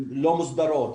לא מוסדרות,